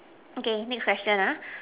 okay next question ah